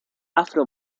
afro